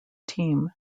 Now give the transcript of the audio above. team